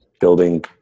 building